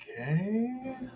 Okay